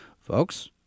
Folks